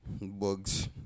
Bugs